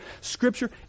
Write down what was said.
Scripture